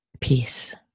peace